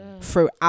Throughout